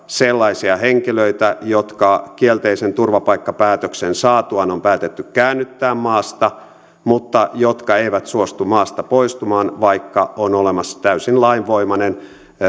sellaisia henkilöitä jotka kielteisen turvapaikkapäätöksen saatuaan on päätetty käännyttää maasta mutta jotka eivät suostu maasta poistumaan vaikka on olemassa täysin lainvoimainen